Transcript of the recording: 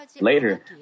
Later